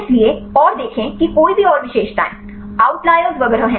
इसलिए और देखें कि कोई भी और विशेषताएं आउट लेयर्स वगैरह हैं